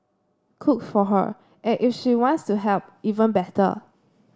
cook for her and if she wants to help even better